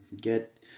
get